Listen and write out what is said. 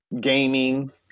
gaming